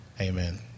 Amen